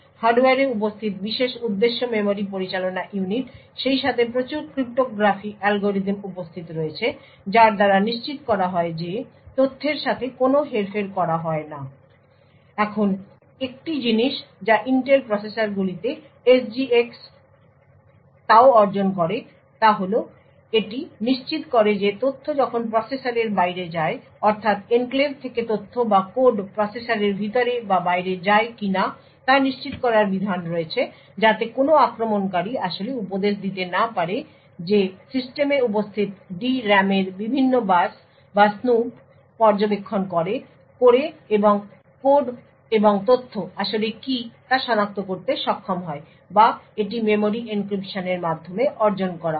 হার্ডওয়্যারে উপস্থিত বিশেষ উদ্দেশ্য মেমরি পরিচালনা ইউনিট সেইসাথে প্রচুর ক্রিপ্টোগ্রাফি অ্যালগরিদম উপস্থিত রয়েছে যার দ্বারা নিশ্চিত করা হয় যে তথ্যের সাথে কোনও হেরফের করা না হয়। এখন একটি জিনিস যা ইন্টেল প্রসেসরগুলিতে SGX ও অর্জন করে তা হল এটি নিশ্চিত করে যে তথ্য যখন প্রসেসরের বাইরে যায় অর্থাৎ এনক্লেভ থেকে তথ্য বা কোড প্রসেসরের ভিতরে বা বাইরে যায় কিনা তা নিশ্চিত করার বিধান রয়েছে যাতে কোনও আক্রমণকারী আসলে উপদেশ দিতে না পারে যে সিস্টেমে উপস্থিত D RAM এর বিভিন্ন বাস বা স্নুপ পর্যবেক্ষণ করে এবং কোড এবং তথ্য আসলে কী তা সনাক্ত করতে সক্ষম হয় বা এটি মেমরি এনক্রিপশনের মাধ্যমে অর্জন করা হয়